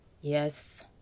Yes